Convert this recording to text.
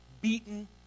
beaten